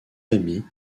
amis